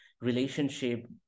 relationship